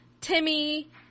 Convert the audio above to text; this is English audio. Timmy